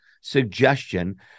suggestion